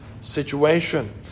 situation